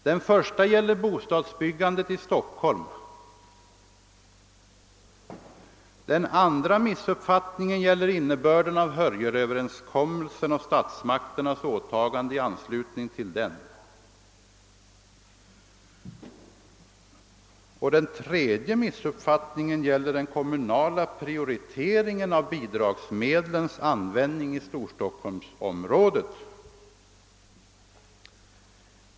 Den första gäller bostadsbyggandet i Stockholm, den andra gäller innebörden av Hörjelöverenskommelsen och statsmakternas åtagande i anslutning till denna och den tredje gäller den kommunala prioriteringen av bidragsmedlens användning i Storstockholmsområdet.